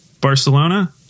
barcelona